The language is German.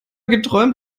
geträumt